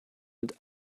mit